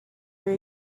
were